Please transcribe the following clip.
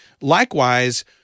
likewise